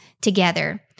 together